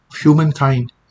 humankind